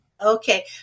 Okay